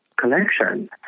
Collection